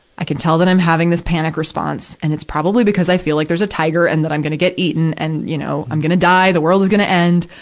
i can tell that i'm having this panic response. and it's probably because i feel like there's a tiger and that i'm gonna get eaten and, you know, i'm gonna die, the world is gonna end.